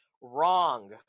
Wrong